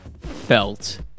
felt